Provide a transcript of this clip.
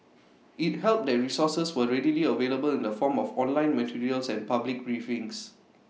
IT helped that resources were readily available in the form of online materials and public briefings